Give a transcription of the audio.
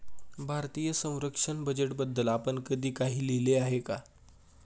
भारतीय संरक्षण बजेटबद्दल आपण कधी काही लिहिले आहे का?